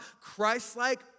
Christ-like